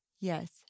yes